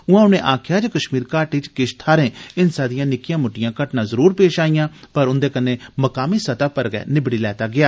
उआं उनें आक्खेया जे कश्मीर घाटी च किश थारें हिंसा दियां निक्कियां म्ट्टियां घटनां जरुर पेश आइयां पर उन्दे कन्ने मकामी सतह पर गै निबड़ी लैता गेया